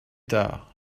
tard